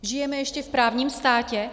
Žijeme ještě v právním státě?